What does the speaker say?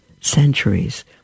centuries